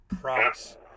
Promise